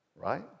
Right